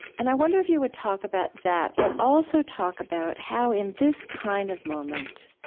and i wonder if you would talk about that, but also talk about how, in this kind of moment,